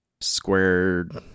squared